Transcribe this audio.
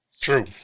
True